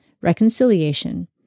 reconciliation